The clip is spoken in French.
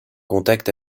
contact